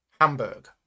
Hamburg